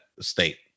state